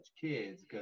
kids